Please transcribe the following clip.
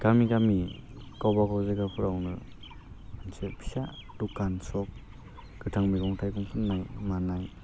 गामि गामि गावबागाव जायगाफोरावनो मोनसे फिसा दखान शप गोथां मैगं थाइगं फान्नाय मानाय